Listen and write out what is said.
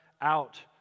out